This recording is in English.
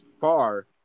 far